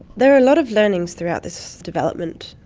there were a lot of learnings throughout this development,